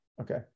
okay